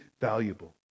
valuable